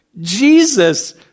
Jesus